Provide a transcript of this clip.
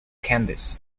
candice